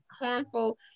harmful